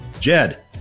Jed